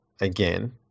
again